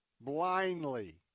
blindly